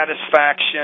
satisfaction